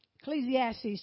Ecclesiastes